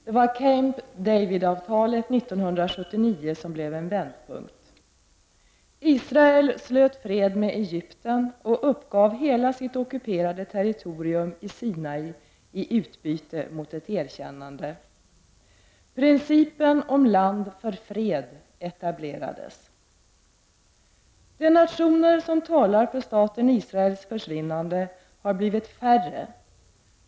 Det var Camp David-avtalet 1979 som blev en vändpunkt. Israel slöt fred med Egypten och uppgav hela sitt ockuperade territorium i Sinai i utbyte mot ett erkännande. Principen om land för fred etablerades. De nationer som talar för staten Israels försvinnande har blivit färre.